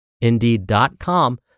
Indeed.com